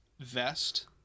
vest